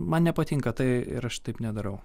man nepatinka tai ir aš taip nedarau